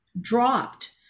Dropped